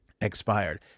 expired